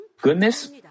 Goodness